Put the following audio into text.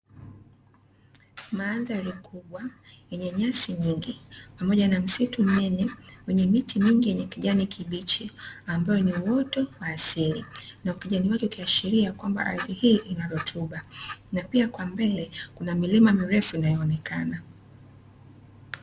Mandhari kubwa yenye nyasi nyingi pamoja na msitu mnene, yenye miti mingi yenye kijani kibichi, ambayo ni uoto wa asili na ukijani wake ukiashiria kwamba ardhi hii ina rutuba na pia kwa mbele kuna milima mirefu inayoonekana.